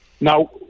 Now